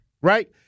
right